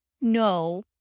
no